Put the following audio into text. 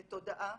לתודעה,